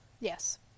Yes